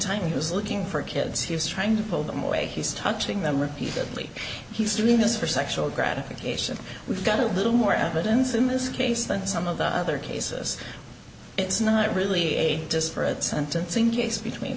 time he was looking for kids he was trying to pull them away he's touching them repeatedly he's doing this for sexual gratification we've got a little more evidence in this case than some of the other cases it's not really a disparate sentencing case between